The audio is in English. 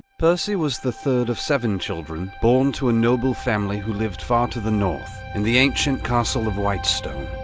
percy was the third of seven children, born to a noble family who lived far to the north in the ancient castle of whitestone.